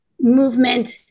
movement